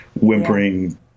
whimpering